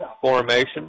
formation